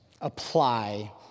apply